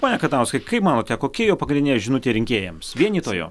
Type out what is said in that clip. pone katauskai kaip manote kokia jo pagrindinė žinutė rinkėjams vienytojo